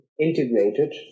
integrated